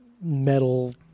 metal